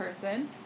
person